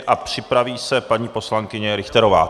A připraví se paní poslankyně Richterová.